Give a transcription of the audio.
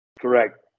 correct